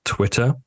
Twitter